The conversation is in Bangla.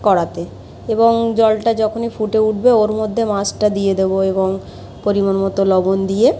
কড়াতে এবং জলটা যখনই ফুটে উঠবে ওর মধ্যে মাছটা দিয়ে দেবো এবং পরিমাণ মতো লবণ দিয়ে